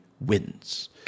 wins